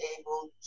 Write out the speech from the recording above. able